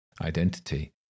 identity